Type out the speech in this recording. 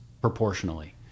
proportionally